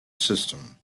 system